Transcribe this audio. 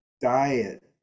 diet